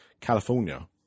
California